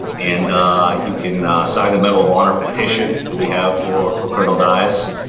and you can ah sign the medal of honor petition that we have for for colonel dyess.